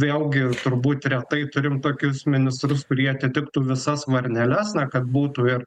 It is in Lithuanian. vėlgi turbūt retai turim tokius ministrus kurie atitiktų visas varneles na kad būtų ir